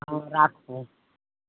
हम राखबै